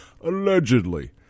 allegedly